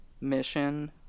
mission